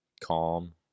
calm